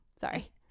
Sorry